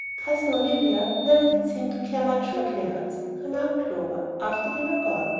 cousin olivia never did seem to care much for clarence, remarked clover, after they were gone.